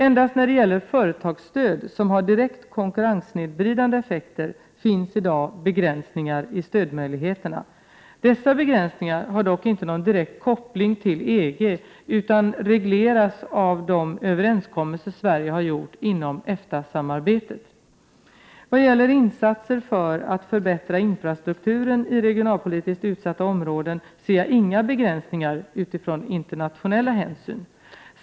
Endast när det gäller företagsstöd som har direkt konkurrenssnedvridande effekter finns i dag begränsningar i stödmöjligheterna. Dessa begränsningar har dock inte någon direkt koppling till EG utan regleras av de överenskommelser Sverige har gjort inom EFTA-samarbetet. I vad gäller insatser för att förbättra infrastrukturen i regionalpolitiskt utsatta områden ser jag inga begränsningar utifrån internationella hänsyn.